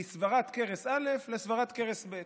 מסברת כרס א' לסברת כרס ב'.